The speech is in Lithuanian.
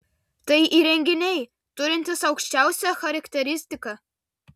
tai įrenginiai turintys aukščiausią charakteristiką